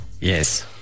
Yes